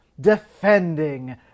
defending